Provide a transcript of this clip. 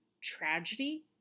Tragedy